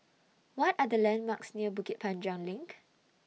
What Are The landmarks near Bukit Panjang LINK